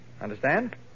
Understand